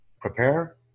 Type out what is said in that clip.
Prepare